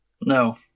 No